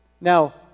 Now